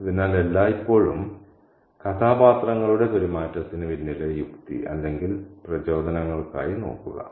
അതിനാൽ എല്ലായ്പ്പോഴും കഥാപാത്രങ്ങളുടെ പെരുമാറ്റത്തിന് പിന്നിലെ യുക്തി അല്ലെങ്കിൽ പ്രചോദനങ്ങൾക്കായി നോക്കുക